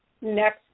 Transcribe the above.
next